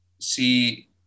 see